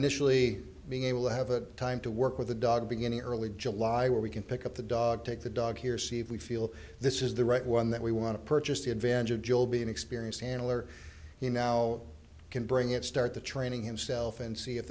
initially being able to have a good time to work with a dog beginning early july where we can pick up the dog take the dog here see if we feel this is the right one that we want to purchase the advantage of jewel being experienced handler he now can bring it start the training himself and see if